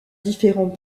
différents